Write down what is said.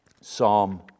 Psalm